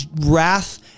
wrath